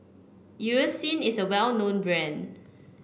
Eucerin is a well known brand